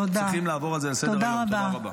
תודה.